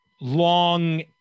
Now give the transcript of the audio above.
long